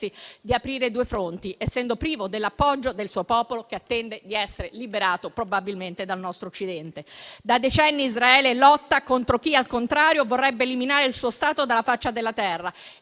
di aprire due fronti, essendo privo dell'appoggio del suo popolo, che attende di essere liberato probabilmente dal nostro Occidente. Da decenni Israele lotta contro chi, al contrario, vorrebbe eliminare il suo Stato dalla faccia della terra